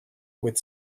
with